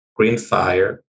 Greenfire